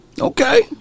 Okay